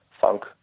funk